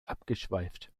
abgeschweift